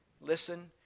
listen